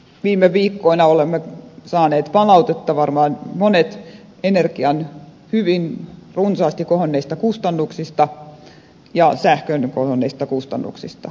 viime viikkoina olemme saaneet palautetta varmaan monet energian hyvin runsaasti kohonneista kustannuksista ja sähkön kohonneista kustannuksista